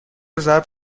ضرب